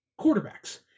quarterbacks